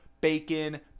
bacon